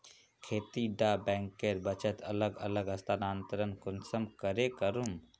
खेती डा बैंकेर बचत अलग अलग स्थानंतरण कुंसम करे करूम?